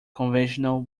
conventional